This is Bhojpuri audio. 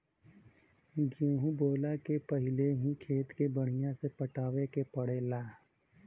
गेंहू बोअला के पहिले ही खेत के बढ़िया से पटावे के पड़ेला